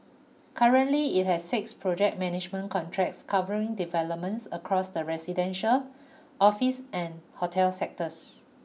currently it has six project management contracts covering developments across the residential office and hotel sectors